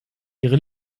ihre